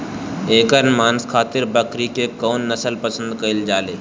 एकर मांस खातिर बकरी के कौन नस्ल पसंद कईल जाले?